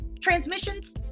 transmissions